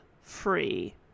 free